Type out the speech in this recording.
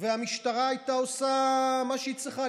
ושהמשטרה הייתה עושה מה שהיא צריכה,